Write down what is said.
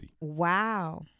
Wow